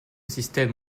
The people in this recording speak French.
système